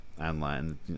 online